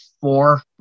four